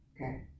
Okay